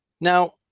Now